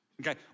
okay